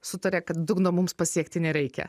sutaria kad dugno mums pasiekti nereikia